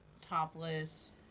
topless